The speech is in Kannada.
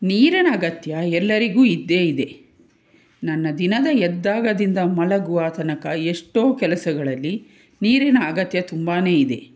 ನೀರಿನ ಅಗತ್ಯ ಎಲ್ಲರಿಗೂ ಇದ್ದೇ ಇದೆ ನನ್ನ ದಿನದ ಎದ್ದಾಗದಿಂದ ಮಲಗುವ ತನಕ ಎಷ್ಟೋ ಕೆಲಸಗಳಲ್ಲಿ ನೀರಿನ ಅಗತ್ಯ ತುಂಬ ಇದೆ